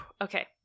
Okay